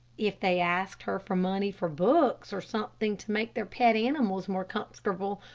if they asked her for money for books or something to make their pet animals more comfortable,